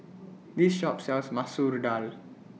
This Shop sells Masoor Dal